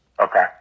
okay